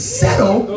settle